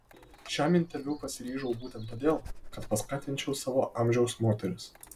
šiam interviu pasiryžau būtent todėl kad paskatinčiau savo amžiaus moteris